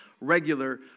regular